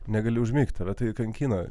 negali užmigt tave tai kankina